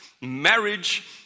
marriage